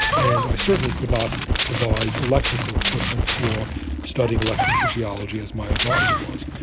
and i certainly could not devise electrical equipment for studying electrophysiology, as my adviser was.